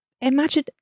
imagine